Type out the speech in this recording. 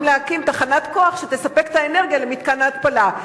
להקים תחנת כוח שתספק את האנרגיה למתקן ההתפלה.